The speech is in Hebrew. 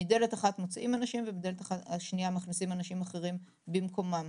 מדלת אחת מוציאים אנשים ומהדלת השנייה מכניסים אנשים אחרים במקומם.